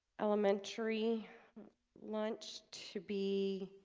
elementary lunch to be